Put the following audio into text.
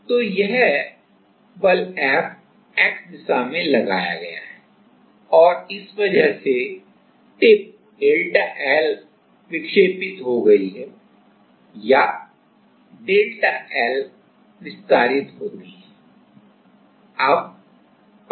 तो यह बल F X दिशा में लगाया गया है और इस वजह से टिप ΔL विक्षेपित हो गई है या ΔL विस्तारित होती है